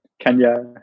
Kenya